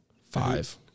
Five